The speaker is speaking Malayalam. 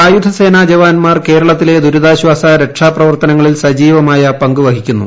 സായുധ സേന ജവാന്മാർ കേരളത്തിലെ ദുരിതാശ്വാസ രക്ഷാ പ്രവർത്തനങ്ങളിൽ സജീവമായ പങ്കു വഹിക്കുന്നു